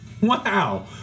Wow